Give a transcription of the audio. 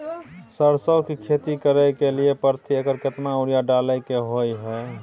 सरसो की खेती करे के लिये प्रति एकर केतना यूरिया डालय के होय हय?